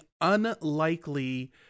unlikely